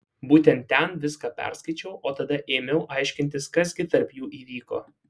būtent ten viską perskaičiau o tada ėmiau aiškintis kas gi tarp jų įvyko